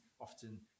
often